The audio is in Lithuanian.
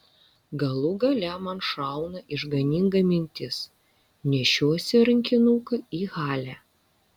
galų gale man šauna išganinga mintis nešiuosi rankinuką į halę